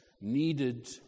needed